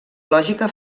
lògica